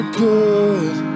good